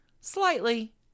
Slightly